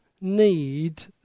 need